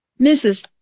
Mrs